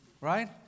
right